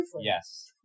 Yes